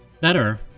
better